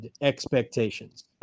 expectations